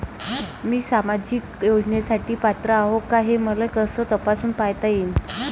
मी सामाजिक योजनेसाठी पात्र आहो का, हे मले कस तपासून पायता येईन?